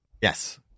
Yes